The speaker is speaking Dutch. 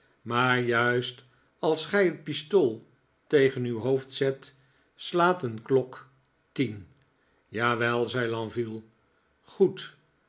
maar juist als gij het pistool tegen uw hoofd zet slaat een klok tien jawel zei lenville goed